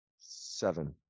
Seven